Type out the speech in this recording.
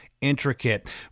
intricate